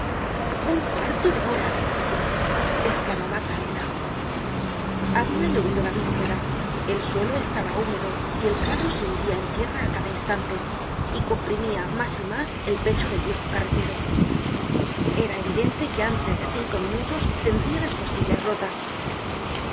un cuarto de hora esclamó magdalena habia llovido la víspera el suelo estaba húmedo y el carro se hundia en tierra á cada instante y comprimia mas y mas el pecho del viejo carretero era evidente que antes de cinco minutos tendria las costillas rotas